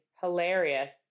hilarious